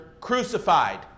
crucified